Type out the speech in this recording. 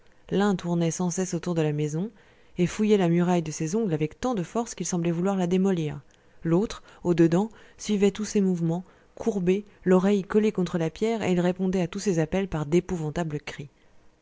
l'un tournait sans cesse autour de la maison et fouillait la muraille de ses ongles avec tant de force qu'il semblait vouloir la démolir l'autre au dedans suivait tous ses mouvements courbé l'oreille collée contre la pierre et il répondait à tous ses appels par d'épouvantables cris